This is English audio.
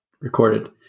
recorded